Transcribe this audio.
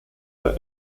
der